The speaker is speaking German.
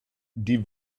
die